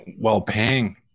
well-paying